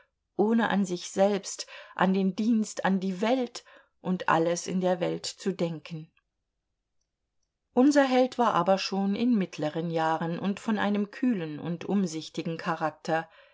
ohne an sich selbst an den dienst an die welt und alles in der welt zu denken unser held war aber schon in mittleren jahren und von einem kühlen und umsichtigen charakter